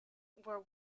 were